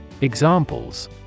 Examples